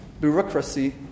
bureaucracy